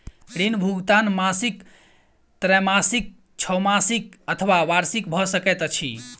ऋण भुगतान मासिक त्रैमासिक, छौमासिक अथवा वार्षिक भ सकैत अछि